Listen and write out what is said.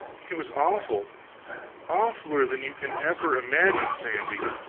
it was awful awfuler than you can ever imagine, sandy.